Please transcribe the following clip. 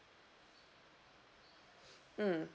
mm